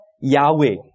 Yahweh